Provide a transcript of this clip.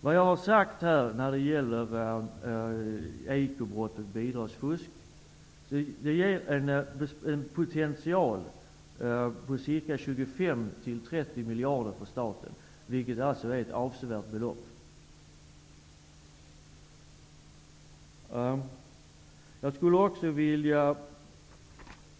Det åtgärder mot ekobrott och bidragsfusk som jag här har nämnt ger potentiellt 25--30 miljarder för staten, vilket är ett avsevärt belopp. Jag vill också